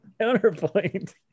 Counterpoint